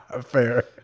Fair